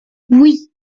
oui